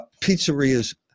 pizzerias